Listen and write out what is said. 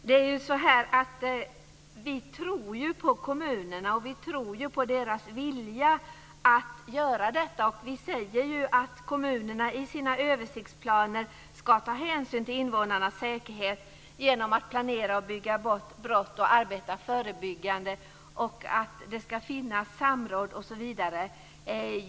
Fru talman! Vi tror på kommunerna, och vi tror på deras vilja att göra detta. Vi säger att kommunerna i sina översiktsplaner ska ta hänsyn till invånarnas säkerhet genom att planera och bygga bort brott och arbeta förebyggande. Det ska finnas samråd, osv.